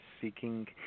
seeking